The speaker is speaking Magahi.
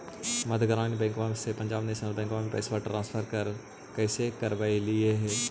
मध्य ग्रामीण बैंकवा से पंजाब नेशनल बैंकवा मे पैसवा ट्रांसफर कैसे करवैलीऐ हे?